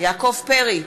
יעקב פרי,